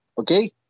Okay